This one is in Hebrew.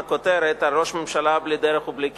כותרת על "ראש ממשלה בלי דרך ובלי כיוון",